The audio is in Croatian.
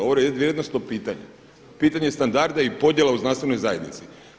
Ovo je vrijednosno pitanje, pitanje standarda i podjela u znanstvenoj zajednici.